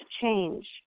change